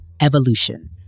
evolution